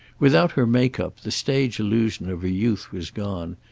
without her make-up the stage illusion of her youth was gone,